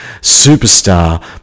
superstar